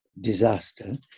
disaster